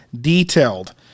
detailed